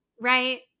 right